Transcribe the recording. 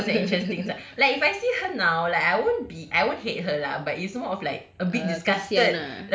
that was an interesting time like like if I see her now like I won't be I won't hate her lah but it's more of like a bit disgusted